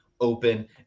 open